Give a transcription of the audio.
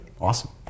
Awesome